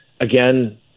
Again